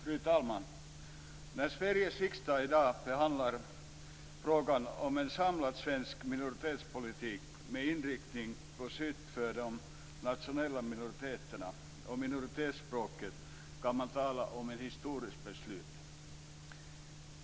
Fru talman! När Sveriges riksdag i dag behandlar frågan om en samlad svensk minoritetspolitik med inriktning på skydd för de nationella minoriteterna och minoritetsspråken kan man tala om ett historiskt beslut.